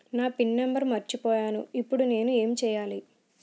నా pin number మర్చిపోయాను ఇప్పుడు నేను ఎంచేయాలి?